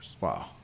Wow